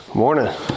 Morning